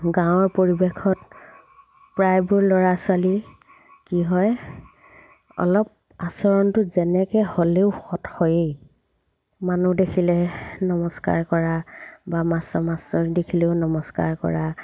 গাঁৱৰ পৰিৱেশত প্ৰায়বোৰ ল'ৰা ছোৱালী কি হয় অলপ আচৰণটো যেনেকৈ হ'লেও সৎ হয়েই মানুহ দেখিলে নমস্কাৰ কৰা বা মাষ্টৰ মাষ্টৰনীক দেখিলেও নমস্কাৰ কৰা